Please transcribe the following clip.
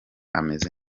ameze